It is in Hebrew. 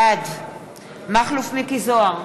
בעד מכלוף מיקי זוהר,